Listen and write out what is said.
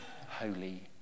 holy